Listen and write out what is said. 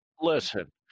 Listen